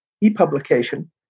e-publication